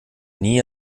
nie